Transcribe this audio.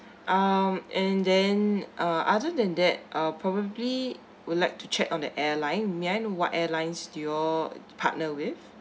um and then uh other than that uh probably would like to check on the airline may I know what airlines do you all partner with